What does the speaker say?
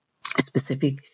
specific